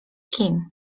kim